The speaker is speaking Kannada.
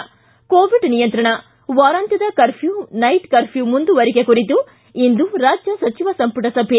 ಿ ಕೋವಿಡ್ ನಿಯಂತ್ರಣ ವಾರಾಂತ್ಯದ ಕರ್ಫ್ಯೂ ಮತ್ತು ರಾತ್ರಿ ಕರ್ಫ್ಯೂ ಮುಂದುವರಿಕೆ ಕುರಿತು ಇಂದು ರಾಜ್ಯ ಸಚಿವ ಸಂಮಟ ಸಭೆ